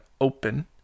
Open